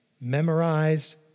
memorize